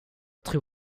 tror